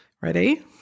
Ready